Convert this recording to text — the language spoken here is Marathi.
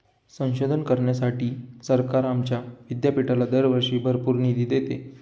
संशोधन करण्यासाठी सरकार आमच्या विद्यापीठाला दरवर्षी भरपूर निधी देते